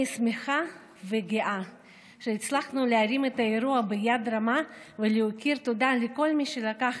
אני שמחה וגאה שהצלחנו להרים את האירוע ביד רמה ולהכיר תודה לכל מי שלקח